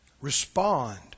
respond